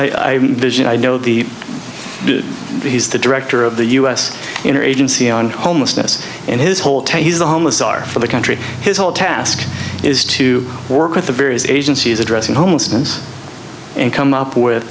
visit i know the he's the director of the u s inner agency on homelessness and his whole taze the homeless are for the country his whole task is to work with the various agencies addressing homelessness and come up with